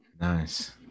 Nice